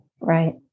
Right